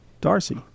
Darcy